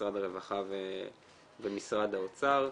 משרד הרווחה ומשרד האוצר.